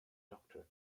doctor